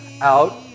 out